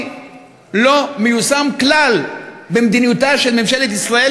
לא מיושם כלל במדיניותה של ממשלת ישראל,